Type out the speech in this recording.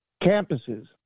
campuses